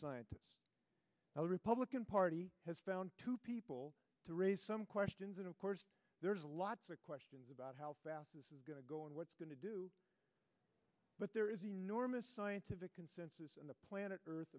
scientists now the republican party has found two people to raise some questions and of course there's a lot of questions about how this is going to go and what's going to do but there is a norm scientific consensus on the planet earth